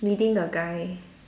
leading the guy